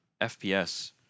FPS